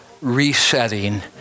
resetting